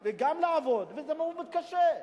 וגם לעבוד, הוא מתקשה.